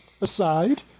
Aside